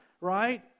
right